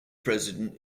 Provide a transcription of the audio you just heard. president